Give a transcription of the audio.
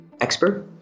expert